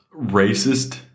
racist